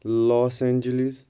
Los Angeles